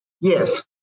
Yes